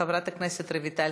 חברת הכנסת רויטל